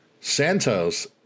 Santos